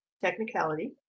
technicality